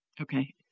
Okay